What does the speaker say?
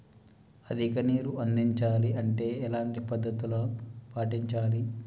అధిక నీరు అందించాలి అంటే ఎలాంటి పద్ధతులు పాటించాలి?